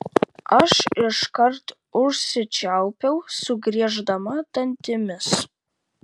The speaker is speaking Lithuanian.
aš iškart užsičiaupiau sugrieždama dantimis